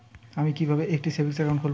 আমি কিভাবে একটি সেভিংস অ্যাকাউন্ট খুলব?